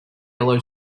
yellow